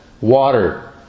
water